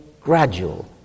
gradual